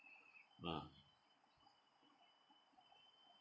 ah